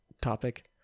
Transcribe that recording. topic